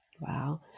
Wow